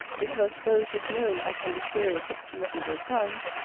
because though it is known i can be serious at seasonable times,